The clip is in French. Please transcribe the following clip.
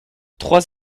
trois